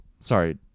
Sorry